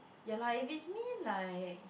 ya lah if is me like